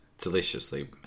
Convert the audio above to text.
deliciously